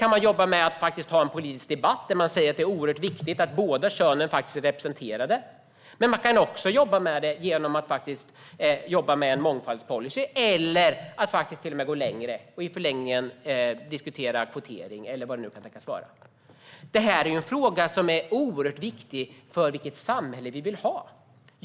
Man kan jobba med det genom att föra en politisk debatt där man säger att det är oerhört viktigt att båda könen är representerade. Man kan också jobba med det genom en mångfaldspolicy eller till och med gå längre och i förlängningen diskutera kvotering eller vad det nu kan tänkas vara. Detta är en fråga som är oerhört viktig när det gäller vilket samhälle vi vill ha.